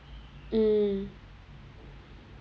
mm